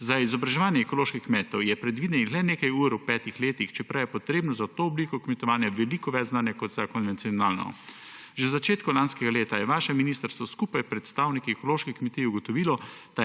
Za izobraževanje ekoloških kmetov je predvidenih le nekaj ur v petih letih, čeprav je potrebno za to obliko kmetovanja veliko več znanja kot za konvencionalno. Že v začetku lanskega leta je vaše ministrstvo skupaj s predstavniki ekoloških kmetij ugotovilo,